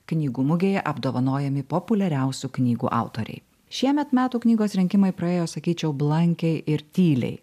knygų mugėje apdovanojami populiariausių knygų autoriai šiemet metų knygos rinkimai praėjo sakyčiau blankiai ir tyliai